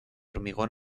hormigón